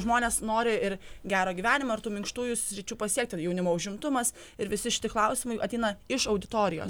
žmonės nori ir gero gyvenimo ir tų minkštųjų sričių pasiekti ir jaunimo užimtumas ir visi šitie klausimai ateina iš auditorijos